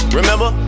Remember